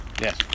Yes